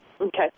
Okay